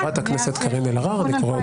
למה אתם מתנהלים